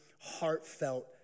heartfelt